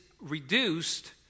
reduced